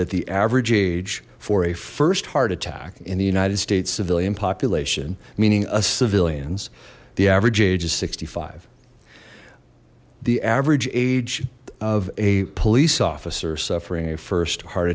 that the average age for a first heart attack in the united states civilian population meaning us civilians the average age is sixty five the average age of a police officer so bring a first heart